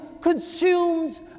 consumes